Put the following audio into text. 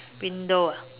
window ah